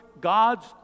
God's